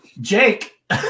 Jake